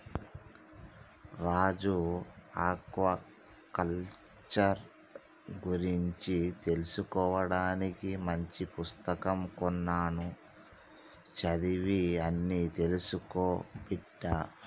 రాజు aquaculture గురించి తెలుసుకోవానికి మంచి పుస్తకం కొన్నాను చదివి అన్ని తెలుసుకో బిడ్డా